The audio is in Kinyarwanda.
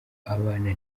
abana